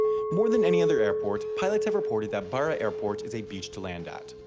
more than any other airport, pilots have reported that barra airport is a beach to land at.